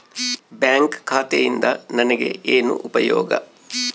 Bank ಖಾತೆಯಿಂದ ನನಗೆ ಏನು ಉಪಯೋಗ?